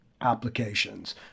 applications